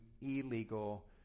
illegal